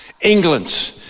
England